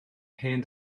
hen